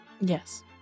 Yes